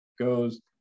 goes